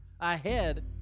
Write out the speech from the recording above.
ahead